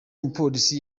mupolisi